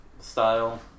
style